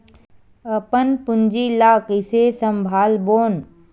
अपन पूंजी ला कइसे संभालबोन?